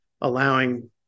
allowing